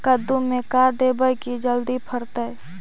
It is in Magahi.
कददु मे का देबै की जल्दी फरतै?